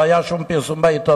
לא היה לזה שום פרסום בעיתונות,